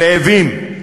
רעבים.